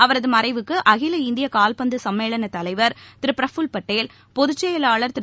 அவரதுமறைவுக்குஅகில இந்தியகால்பந்துசம்மேளனதலைவர் திரு ஃப்ரஃபுல் பட்டேல் பொதுச் செயலாளர் திரு